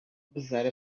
beside